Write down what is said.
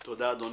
תודה, אדוני.